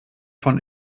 von